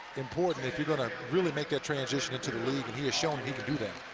important if you're going to really make that transition into the league, and he has shown he can do that.